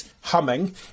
humming